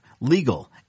legal